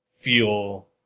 feel